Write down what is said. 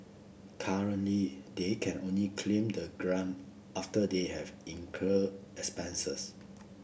currently they can only claim the grant after they have incurred expenses